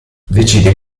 decide